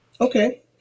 Okay